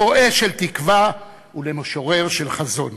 רועה של תקווה, ולמשורר של חזון.